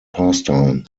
pastime